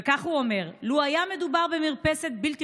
וכך הוא אמר: "לו היה מדובר במרפסת בלתי